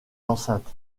l’enceinte